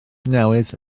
newydd